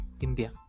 India